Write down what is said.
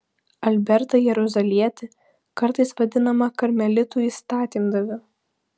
albertą jeruzalietį kartais vadinamą karmelitų įstatymdaviu